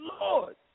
Lord